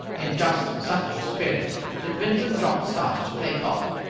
in just such a spirit did vincent jopp start to play golf.